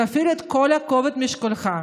תפעיל את כל כובד משקלך.